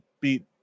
beat